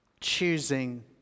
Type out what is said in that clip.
choosing